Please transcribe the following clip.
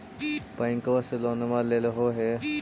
बैंकवा से लोनवा लेलहो हे?